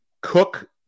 Cook